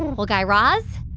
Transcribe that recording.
well, guy raz,